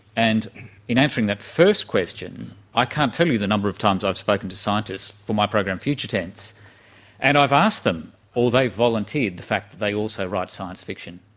and in answering that first question i can't tell you the number of times i've spoken to scientists for my program future tense and i've asked them or they've volunteered the fact that they also write science fiction.